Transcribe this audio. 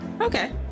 Okay